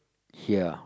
here